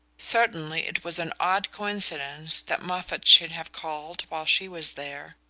certainly it was an odd coincidence that moffatt should have called while she was there.